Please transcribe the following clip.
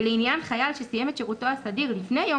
ולעניין חייל שסיים את שירותו הסדיר לפני יום